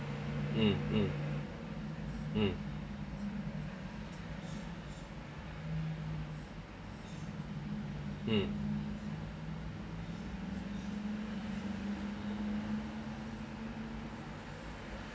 mm mm mm mm